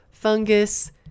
fungus